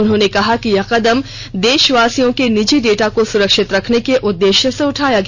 उन्होंने कहा कि यह कदम देशवासियों के निजी डेटा को सुरक्षित रखने के उद्देश्य से उठाया गया